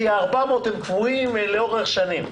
כי ה-400 הם קבועים לאורך שנים.